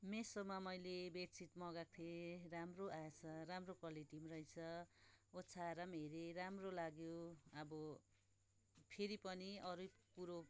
मेसोमा मैले बेडसिट मगाएको थिएँ राम्रो आएछ राम्रो क्वालिटीको रहेछ ओछ्याएर नि हेरेँ राम्रो लाग्यो अब फेरि पनि अरू कुरो